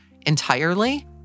entirely